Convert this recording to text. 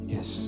Yes